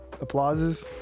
applauses